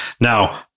Now